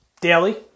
daily